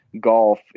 golf